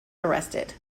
arrested